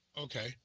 Okay